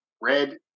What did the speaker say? red